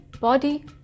Body